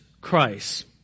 Christ